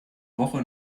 woche